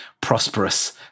prosperous